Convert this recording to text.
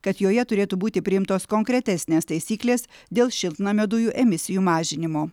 kad joje turėtų būti priimtos konkretesnės taisyklės dėl šiltnamio dujų emisijų mažinimo